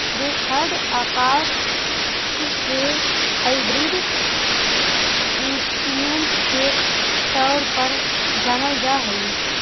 preferred stock के hybrid instrument के तौर पर जानल जा हइ